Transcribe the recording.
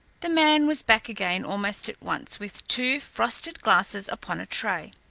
the man was back again almost at once with two frosted glasses upon a tray.